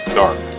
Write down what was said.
dark